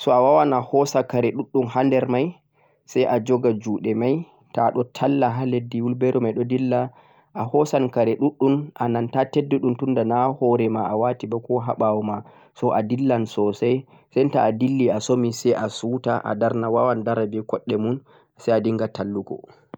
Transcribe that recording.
so awaawan a hoosa kare dhuddhum hander mei sai a jogha jode mei toh a don tella haa leddi weelbaro don dilla a hoosan kare dhuddhum a nanta teddu dhum tunda naa hoore ma a waati mei ko haa bawoo ma so a dillan sosai sai toh a dilli a somi sai a soota a darni waawan daara be kodde mum sai a dinghan tallikgho